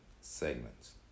segments